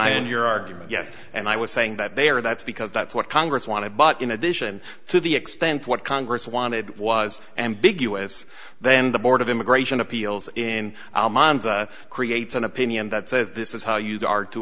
in your argument yes and i was saying that they are that's because that's what congress wanted but in addition to the extent what congress wanted was ambiguous then the board of immigration appeals in creates an opinion that says this is how you are to